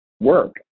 work